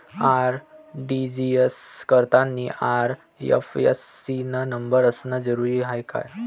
RTGS करतांनी IFSC न number असनं जरुरीच हाय का?